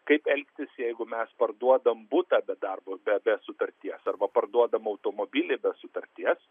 kaip elgtis jeigu mes parduodam butą be darbo be sutarties arba parduodam automobilį be sutarties